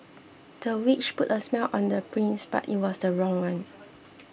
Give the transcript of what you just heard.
the witch put a spell on the prince but it was the wrong one